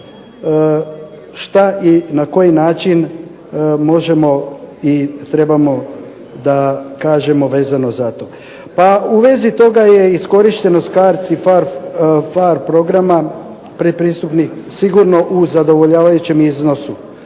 šta i na koji način možemo i trebamo da kažemo vezano za to. Pa u vezi toga je iskorištenost CARDS i PHARE programa predpristupnih sigurno u zadovoljavajućem iznosu,